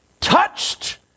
touched